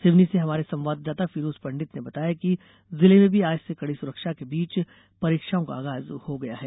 सिवनी से हमारे संवाददाता फिरोज पंडित ने बताया है कि जिले में भी आज से कड़ी सुरक्षा के बीच हाई परीक्षाओं का आगाज हो गया है